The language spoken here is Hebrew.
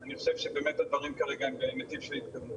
אני חושב שבאמת הדברים כרגע הם בנתיב של התקדמות.